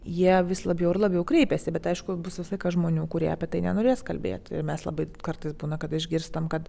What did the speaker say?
jie vis labiau ir labiau kreipėsi bet aišku bus visą laiką žmonių kurie apie tai nenorės kalbėti ir mes labai kartais būna kad išgirstam kad